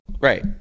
Right